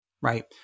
right